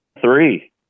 three